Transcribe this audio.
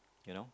you know